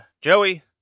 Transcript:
joey